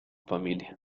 familia